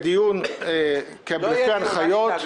לפי ההנחיות.